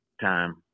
time